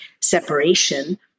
separation